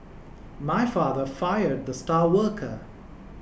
my father fired the star worker